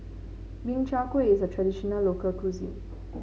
Min Chiang Kueh is a traditional local cuisine